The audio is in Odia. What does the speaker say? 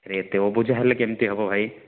ଏତେ ଅବୁଝା ହେଲେ କେମିତି ହବ ଭାଇ